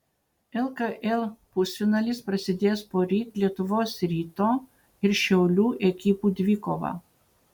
lkl pusfinalis prasidės poryt lietuvos ryto ir šiaulių ekipų dvikova